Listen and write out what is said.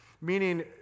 meaning